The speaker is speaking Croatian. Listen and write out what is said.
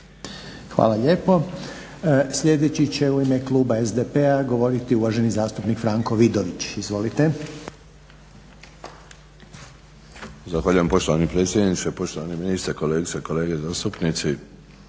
Hvala lijep. Sljedeći će u ime kluba SDP-a govoriti uvaženi zastupnik Franko Vidović. Izvolite. **Vidović, Franko (SDP)** Zahvaljujem poštovani predsjedniče, poštovani ministre, kolegice i kolege zastupnici.